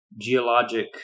geologic